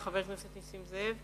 חבר הכנסת נסים זאב,